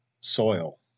soil